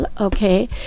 okay